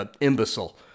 imbecile